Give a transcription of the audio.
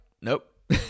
Nope